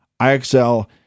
IXL